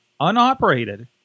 unoperated